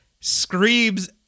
screams